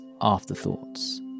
Afterthoughts